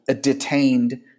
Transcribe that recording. detained